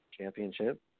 Championship